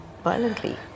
violently